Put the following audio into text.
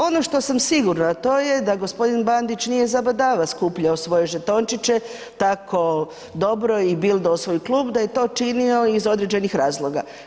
Ono što sam sigurna a to je da gospodin Bandić nije zabadava skupljao svoje žetončiće tako dobro i bildao svoj klub, da je to činio iz određenih razloga.